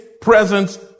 presence